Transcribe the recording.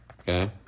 okay